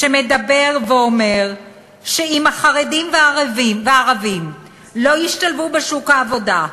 שמדבר ואומר שאם החרדים והערבים לא ישתלבו בשוק העבודה,